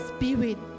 Spirit